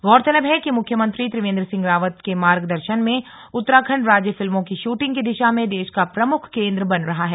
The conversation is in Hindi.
गौरतलब है कि मुख्यमंत्री त्रिवेन्द्र सिंह रावत के मार्गदर्शन में उत्तराखण्ड राज्य फिल्मों की शूटिंग की दिशा में देश का प्रमुख केन्द्र बन रहा है